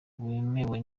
wemewe